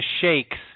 shakes